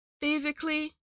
physically